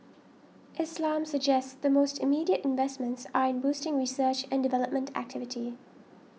Islam suggests the most immediate investments are in boosting research and development activity